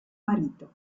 marito